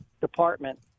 Department